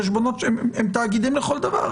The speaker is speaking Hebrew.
הם תאגידים לכל דבר.